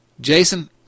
Jason